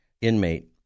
inmate